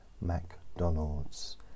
McDonald's